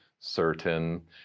certain